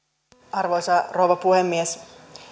arvoisa rouva puhemies